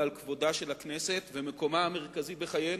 ועל כבודה של הכנסת ומקומה המרכזי בחיינו.